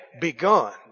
begun